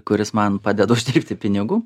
kuris man padeda uždirbti pinigų